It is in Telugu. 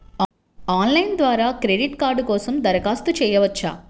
ఆన్లైన్ ద్వారా క్రెడిట్ కార్డ్ కోసం దరఖాస్తు చేయవచ్చా?